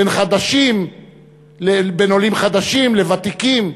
בין עולים חדשים לוותיקים,